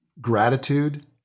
gratitude